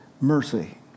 mercy